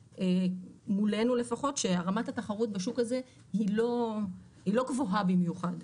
מולנו לפחות שרמת התחרות בשוק הזה היא לא גבוהה במיוחד.